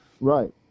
Right